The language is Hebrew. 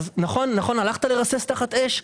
אז נכון, נכון הלכת לרסס תחת אש?